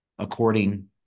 according